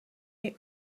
the